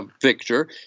victor